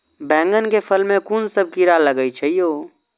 बैंगन के फल में कुन सब कीरा लगै छै यो?